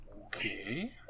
Okay